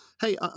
Hey